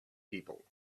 people